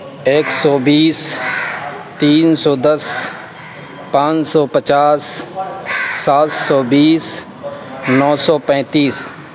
ایک سو بیس تین سو دس پانچ سو پچاس سات سو بیس نو سو پینتیس